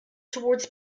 towards